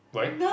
why